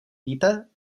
víte